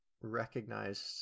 recognized